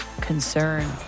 concern